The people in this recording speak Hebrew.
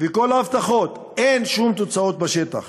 וכל ההבטחות, אין שום תוצאות בשטח.